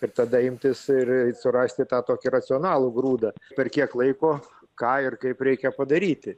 ir tada imtis ir surasti tą tokį racionalų grūdą per kiek laiko ką ir kaip reikia padaryti